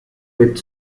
with